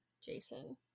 Jason